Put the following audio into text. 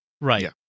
Right